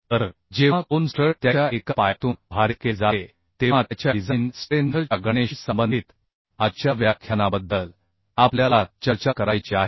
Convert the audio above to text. तर जेव्हा कोन स्ट्रट त्याच्या एका पायातून भारित केले जाते तेव्हा त्याच्या डिझाइन स्ट्रेंथ च्या गणनेशी संबंधित आजच्या व्याख्यानाबद्दल आपल्याला चर्चा करायची आहे